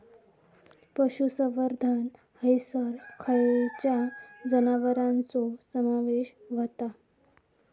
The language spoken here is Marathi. पशुसंवर्धन हैसर खैयच्या जनावरांचो समावेश व्हता?